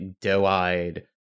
doe-eyed